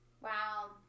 Wow